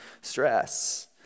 stress